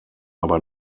aber